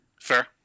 Fair